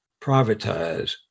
privatize